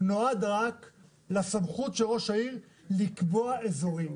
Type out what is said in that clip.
נועד רק לסמכות של ראש העיר לקבוע אזורים,